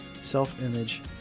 self-image